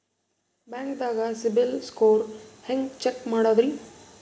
ಬ್ಯಾಂಕ್ದಾಗ ಸಿಬಿಲ್ ಸ್ಕೋರ್ ಹೆಂಗ್ ಚೆಕ್ ಮಾಡದ್ರಿ?